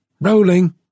Rolling